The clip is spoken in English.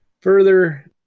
further